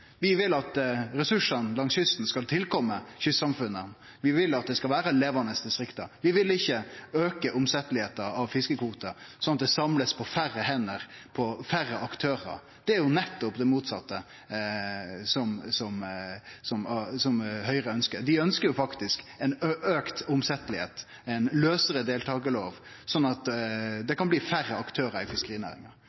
Vi vil at ressursane langs kysten skal tilkome kystsamfunnet. Vi vil at det skal vere levande distrikt. Vi vil ikkje at fiskekvotar skal samlast på færre hender, hos færre aktørar. Det er nettopp det motsette av det Høgre ønskjer. Dei ønskjer faktisk at det skal bli lettare å omsetje, ei lausare deltakarlov, sånn at